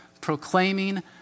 proclaiming